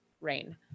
rain